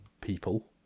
people